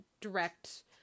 direct